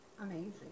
Amazing